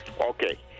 Okay